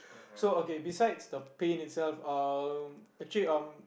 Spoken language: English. so okay besides the pain itself um actually um